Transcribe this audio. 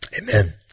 Amen